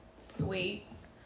sweets